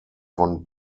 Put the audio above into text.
von